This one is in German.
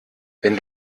wenn